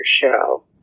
show